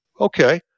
okay